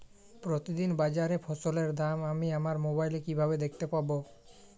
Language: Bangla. প্রতিদিন বাজারে ফসলের দাম আমি আমার মোবাইলে কিভাবে দেখতে পাব?